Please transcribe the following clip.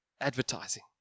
advertising